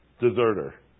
Deserter